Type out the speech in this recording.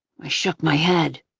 i shook my head.